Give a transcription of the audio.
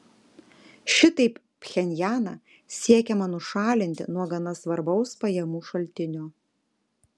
šitaip pchenjaną siekiama nušalinti nuo gana svarbaus pajamų šaltinio